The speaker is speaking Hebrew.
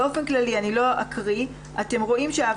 באופן כללי - אני לא אקריא שהעבירות